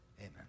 Amen